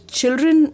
children